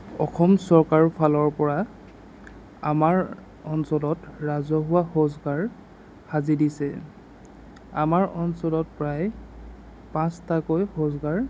অসম চৰকাৰৰ ফালৰ পৰা আমাৰ অঞ্চলত ৰাজহুৱা শৌচাগাৰ সাজি দিছে আমাৰ অঞ্চলত প্ৰায় পাঁচটাকৈ শৌচাগাৰ